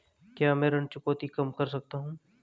क्या मैं ऋण चुकौती कम कर सकता हूँ?